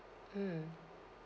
mm